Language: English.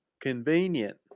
Convenient